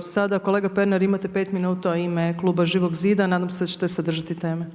Sada kolega Pernar imate pet minuta u ime kluba Živog zida, nadam se da ćete se držati teme.